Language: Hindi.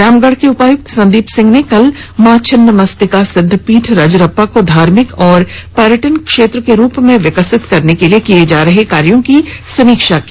रामगढ़ के उपायुक्त संदीप सिंह ने कल मां छिन्नमस्तिका सिद्धपीठ रजरप्पा को धार्मिक एवं पर्यटन क्षेत्र के रूप में विकसित करने के लिए किए जा रहे कार्यों की समीक्षा की